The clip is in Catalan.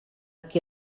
qui